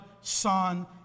Son